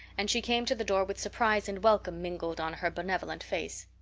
and she came to the door with surprise and welcome mingled on her benevolent face.